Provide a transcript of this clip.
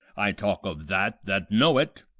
i talk of that that know it.